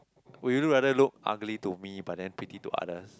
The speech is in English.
would you rather look ugly to me but then pretty to others